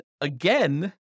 again